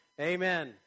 amen